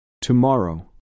Tomorrow